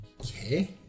Okay